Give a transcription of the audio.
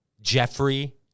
Jeffrey